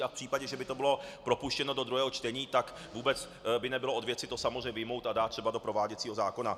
A v případě, že by to bylo propuštěno do druhého čtení, tak vůbec by nebylo od věci to samozřejmě vyjmout a dát třeba do prováděcího zákona.